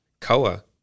Koa